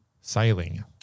sailing